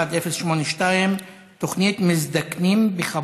מס' 1082: תוכנית מזדקנים בכבוד.